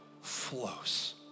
flows